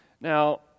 Now